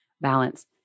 balance